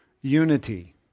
unity